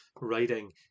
writing